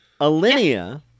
Alinea